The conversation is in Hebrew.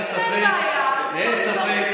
אין ספק,